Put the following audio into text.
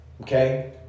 okay